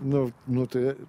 nu nu tai